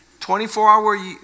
24-hour